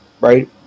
right